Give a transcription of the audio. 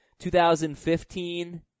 2015